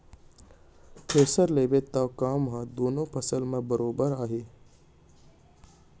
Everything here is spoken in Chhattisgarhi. थेरेसर लेबे त काम ह दुनों फसल म बरोबर आही